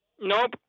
Nope